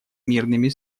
мирными